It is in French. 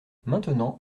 maintenant